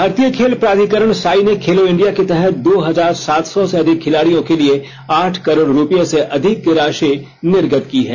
भारतीय खेल प्राधिकरण साई ने खेलो इंडिया के तहत दो हजार सात सौ से अधिक खिलाड़ियों के लिए आठ करोड़ रूपये से अधिक की राषि निर्गत की है